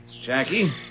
Jackie